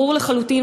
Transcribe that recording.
ברור לחלוטין,